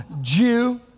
Jew